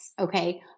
okay